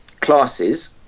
classes